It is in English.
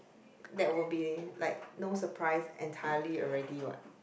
that will be like no surprise entirely already what